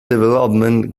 developments